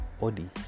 body